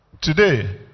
today